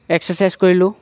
exercise কৰিলোঁ